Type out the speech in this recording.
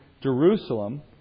Jerusalem